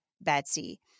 Betsy